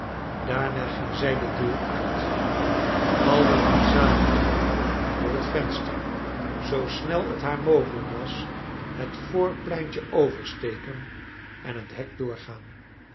daarna ging zij de deur uit alle drie zagen haar door het venster zoo snel t haar mogelijk was het voorpleintje oversteken en het hek doorgaan